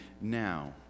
now